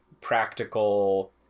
practical